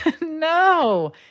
no